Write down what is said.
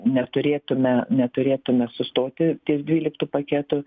neturėtume neturėtume sustoti ties dvyliktu paketu